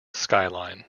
skyline